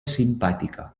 simpàtica